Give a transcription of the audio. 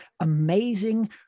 amazing